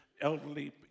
elderly